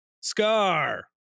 Scar